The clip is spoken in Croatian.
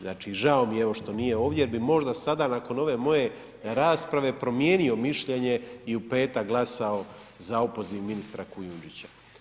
Znači žao mi je evo što nije ovdje jer bi možda sada nakon ove moje rasprave promijenio mišljenje i u petak glasao za opoziv ministra Kujundžića.